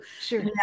Sure